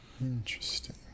Interesting